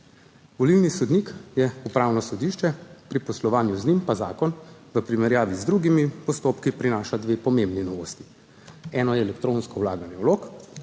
Volilni sodnik je Upravno sodišče, pri poslovanju z njim pa zakon v primerjavi z drugimi postopki prinaša dve pomembni novosti, eno je elektronsko vlaganje vlog,